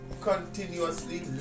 continuously